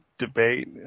debate